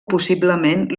possiblement